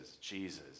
Jesus